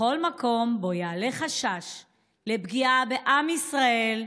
בכל מקום שבו יעלה חשש לפגיעה בעם ישראל,